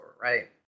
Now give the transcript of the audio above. right